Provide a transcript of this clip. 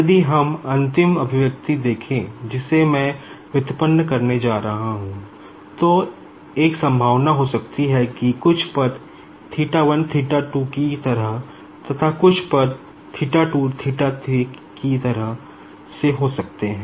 यदि हम अंतिम एक्सप्रेशन देखे जिसे मैं व्युत्पन्न करने जा रहा हूं तो एक संभावना हो सकती हैं कि कुछ पद की तरह तथा कुछ पद की तरह से हो सकते है